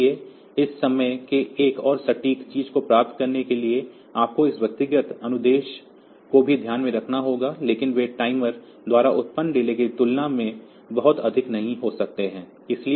इसलिए इस तरह के एक और सटीक चीज़ को प्राप्त करने के लिए आपको इस व्यक्तिगत अनुदेश को भी ध्यान में रखना होगा लेकिन वे टाइमर द्वारा उत्पन्न डिले की तुलना में बहुत अधिक नहीं हो सकते हैं